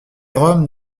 roms